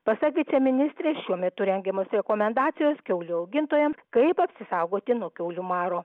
pasak viceministrės šiuo metu rengiamos rekomendacijos kiaulių augintojams kaip apsisaugoti nuo kiaulių maro